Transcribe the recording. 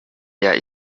year